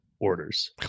orders